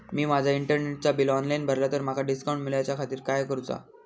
मी माजा इंटरनेटचा bill online भरला तर माका डिस्काउंट मिलाच्या खातीर काय करुचा?